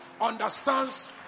understands